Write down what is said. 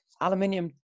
aluminium